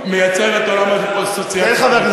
אדוני היושב-ראש,